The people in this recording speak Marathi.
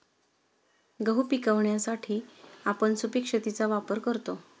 गहू पिकवण्यासाठी आपण सुपीक शेतीचा वापर करतो